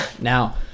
Now